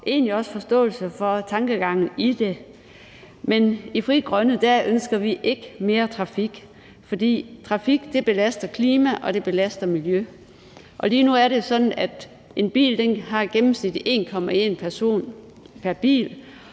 også forståelse for tankegangen i det. Men i Frie Grønne ønsker vi ikke mere trafik, for trafikken belaster klimaet, og den belaster miljøet, og lige nu er det jo sådan, at der gennemsnitligt er 1,1 person pr. bil,